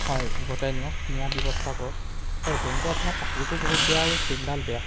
হয় উভতাই নিয়ক নিয়াৰ ব্যৱস্থা কৰক হয় পেণ্টটোৰ আপোনাৰ কাপোৰটো বহুত বেয়া আৰু চেইনডাল বেয়া